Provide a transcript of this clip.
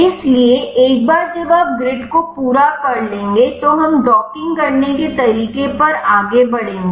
इसलिए एक बार जब आप ग्रिड को पूरा कर लेंगे तो हम डॉकिंग करने के तरीके पर आगे बढ़ेंगे